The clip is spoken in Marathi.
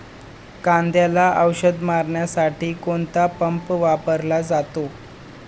कांद्याला औषध मारण्यासाठी कोणता पंप वापरला जातो?